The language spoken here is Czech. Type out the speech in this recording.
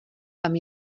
tam